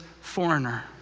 foreigner